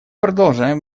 продолжаем